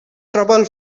trouble